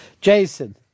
Jason